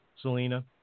Selena